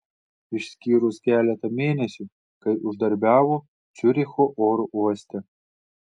išskyrus keletą mėnesių kai uždarbiavo ciuricho oro uoste